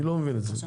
אני לא מבין את זה.